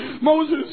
Moses